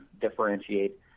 differentiate